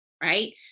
right